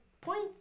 points